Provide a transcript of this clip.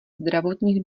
zdravotních